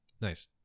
Nice